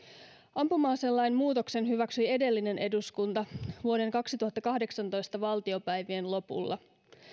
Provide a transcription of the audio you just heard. ampuma aselain muutoksen hyväksyi edellinen eduskunta vuoden kaksituhattakahdeksantoista valtiopäivien lopulla